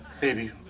Baby